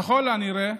ככל הנראה